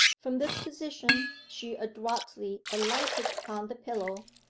from this position she adroitly alighted upon the pillow,